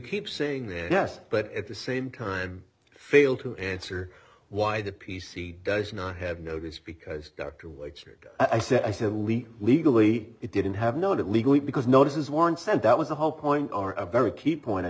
keep saying that yes but at the same kind fail to answer why the p c does not have notice because dr wexford i said i said lee legally it didn't have known it legally because notices weren't sent that was the whole point or a very key point i